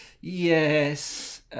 Yes